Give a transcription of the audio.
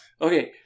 Okay